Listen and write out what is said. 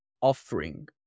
offering